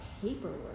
paperwork